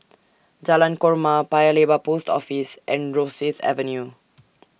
Jalan Korma Paya Lebar Post Office and Rosyth Avenue